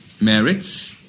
merits